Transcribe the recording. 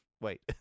Wait